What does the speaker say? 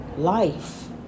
Life